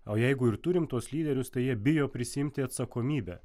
o jeigu ir turim tuos lyderius tai jie bijo prisiimti atsakomybę